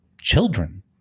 children